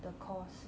the course